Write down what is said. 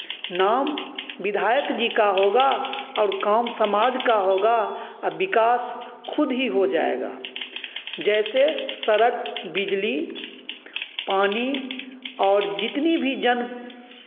नाम विधायक जी का होगा और काम समाज का होगा आ विकास खुद ही हो जाएगा जैसे सड़क बिजली पानी और जितनी भी जन